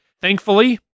Thankfully